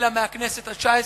אלא מהכנסת התשע-עשרה,